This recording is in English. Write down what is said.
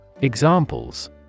Examples